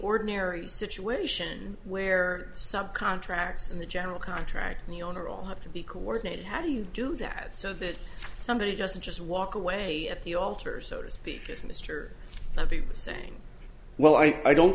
ordinary situation where some contracts and the general contract and the owner all have to be coordinated how do you do that so that somebody doesn't just walk away at the alter so to speak as mr levy saying well i i don't